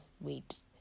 wait